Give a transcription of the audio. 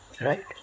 Right